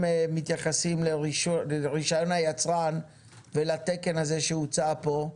מתייחסים לרישיון היצרן ולתקן הזה שהוצע כאן.